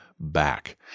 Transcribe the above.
back